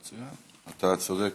אתה צודק.